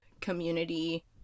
community